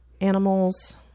animals